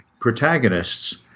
protagonists